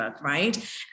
right